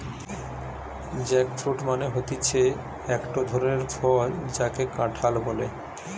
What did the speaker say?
jackfruit মানে হতিছে একটো ধরণের ফল যাকে কাঁঠাল বলে